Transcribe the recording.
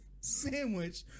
sandwich